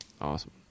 Awesome